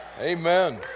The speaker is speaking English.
Amen